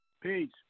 Peace